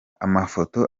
amafoto